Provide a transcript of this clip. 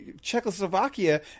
Czechoslovakia